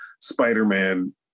spider-man